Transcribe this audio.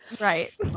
Right